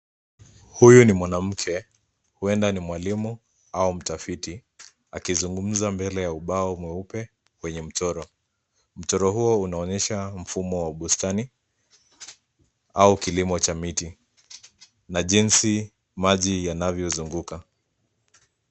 Huyu ni mwanamke. Huenda ni mwalimu au mtafiti, akizungumza mbele ya ubao mweupe wenye mchoro. Mchoro huo unaonyesha mfumo wa bustani au kilimo cha miti, na jinsi maji yanavyozunguka.